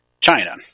China